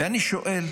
ואני שואל: